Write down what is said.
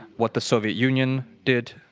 what the soviet union did,